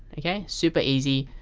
yeah super easy.